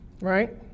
right